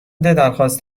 درخواست